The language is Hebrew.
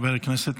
חבר הכנסת,